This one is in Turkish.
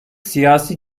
siyasi